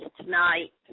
tonight